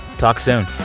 talk soon